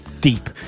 deep